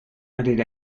added